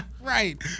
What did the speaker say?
Right